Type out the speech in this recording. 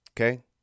okay